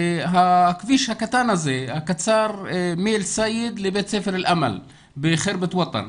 הכביש הקצר מאלסייד לבית ספר אל עמאל בחירבת וואתאל.